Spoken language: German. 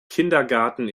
kindergarten